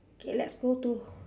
okay let's go to